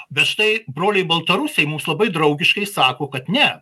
bet štai broliai baltarusiai mums labai draugiškai sako kad ne